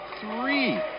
three